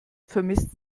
vermisst